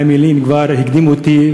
חיים ילין כבר הקדים אותי,